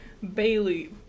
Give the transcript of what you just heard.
Bailey